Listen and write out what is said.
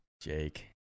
Jake